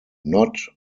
not